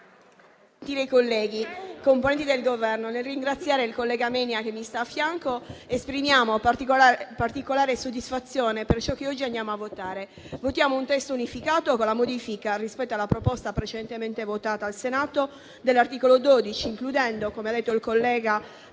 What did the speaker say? colleghi, rappresentanti del Governo, nel ringraziare il collega Menia, che mi sta a fianco, esprimiamo particolare soddisfazione per ciò che oggi andiamo a votare. Votiamo un testo unificato, con la modifica, rispetto alla proposta precedentemente votata al Senato, dell'articolo 12, includendo - come ha detto il collega